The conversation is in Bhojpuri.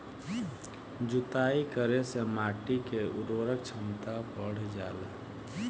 जुताई करे से माटी के उर्वरक क्षमता बढ़ जाला